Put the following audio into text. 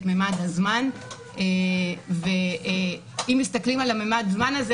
מימד הזמן ואם מסתכלים על מימד הזמן הזה,